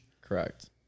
Correct